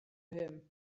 him